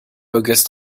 auguste